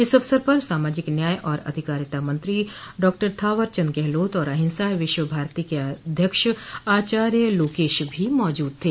इस अवसर पर सामाजिक न्याय और अधिकारिता मंत्री डॉक्टर थॉवर चंद गहलोत और अहिंसा विश्व भारती के अध्यक्ष आचार्य लोकेश भी मौजूद थे